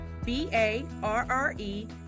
B-A-R-R-E